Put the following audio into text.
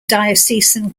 diocesan